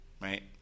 right